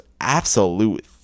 absolute